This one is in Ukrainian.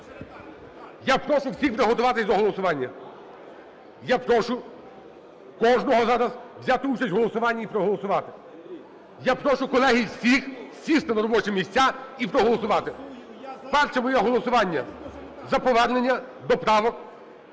Я прошу всіх приготуватися до голосування. Я прошу кожного зараз взяти участь в голосуванні і проголосувати. Я прошу, колеги, всіх сісти на робочі місця і проголосувати. Перше буде голосування за повернення до правок,